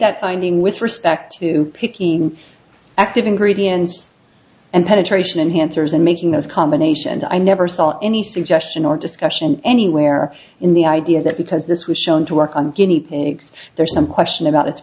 that finding with respect to picking active ingredients and penetration and he answers and making those combination and i never saw any suggestion or discussion anywhere in the idea that because this was shown to work on guinea pigs there's some question about it